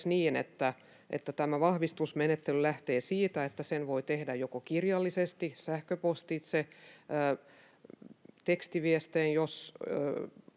vahvistusmenettely lähtee siitä, että sen voi tehdä kirjallisesti — sähköpostitse, tekstiviestein,